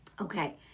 Okay